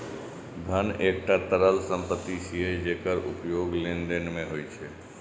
धन एकटा तरल संपत्ति छियै, जेकर उपयोग लेनदेन मे होइ छै